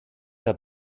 der